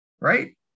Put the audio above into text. right